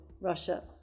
Russia